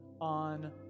on